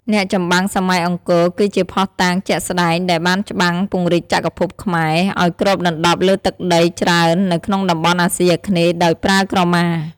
អ្នកចម្បាំងសម័យអង្គរ គឺជាភស្តុតាងជាក់ស្តែងដែលបានច្បាំងពង្រីកចក្រភពខ្មែរ ឲ្យគ្របដណ្តប់លើទឹកដីច្រើននៅក្នុងតំបន់អាស៊ីអាគ្នេយ៍ដោយប្រើក្រមា។